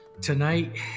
Tonight